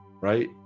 Right